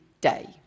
day